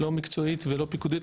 לא מקצועית ולא פיקודית,